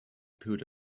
put